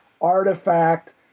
artifact